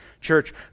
Church